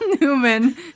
Newman